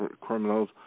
criminals